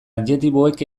adjektiboek